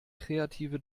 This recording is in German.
kreative